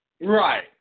right